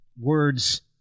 words